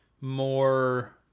more